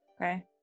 Okay